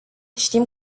știm